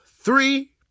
three